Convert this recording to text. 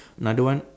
another one